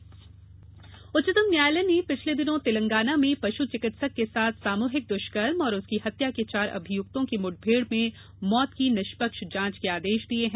उच्च न्यायालय उच्चतम न्यायालय ने पिछले दिनों तेलंगाना में पश् चिकित्सक के साथ सामुहिक दृष्कर्म और उसकी हत्या के चार अभियुक्तों की मुठभेड़ में मौत की निष्पक्ष जांच के आदेश दिये हैं